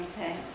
Okay